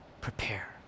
Prepare